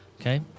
Okay